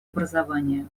образования